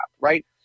right